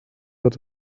wird